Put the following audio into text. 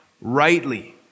rightly